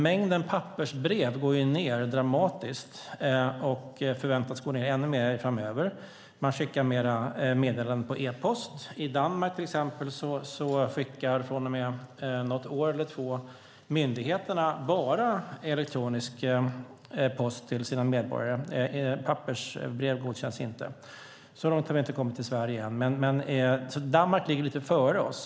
Mängden pappersbrev går ned dramatiskt och förväntas gå ned ännu mer framöver. Man skickar fler meddelanden med e-post. I Danmark skickar myndigheterna sedan ett år eller två till exempel bara elektronisk post till sina medborgare. Pappersbrev godkänns inte. Så långt har vi inte kommit i Sverige än, så Danmark ligger lite före oss.